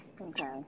Okay